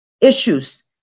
Issues